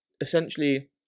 essentially